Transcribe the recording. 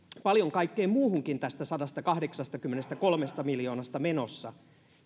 paljon kaikkeen muuhunkin tästä sadastakahdeksastakymmenestäkolmesta miljoonasta menossa